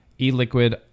E-liquid